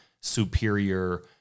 superior